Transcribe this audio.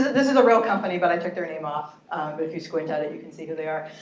this is a real company, but i took their name off, but if you squint at it you can see who they are.